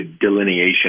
delineation